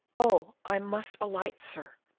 oh, i must alight, sir!